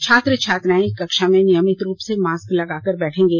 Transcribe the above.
छात्र छात्राएं कक्षा में नियमित रूप से मास्क लगाकर बैठेंगे